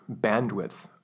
bandwidth